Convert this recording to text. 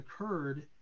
occurred